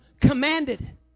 commanded